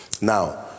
Now